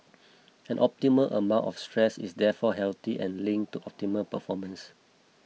an optimal amount of stress is therefore healthy and linked to optimal performance